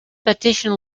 petition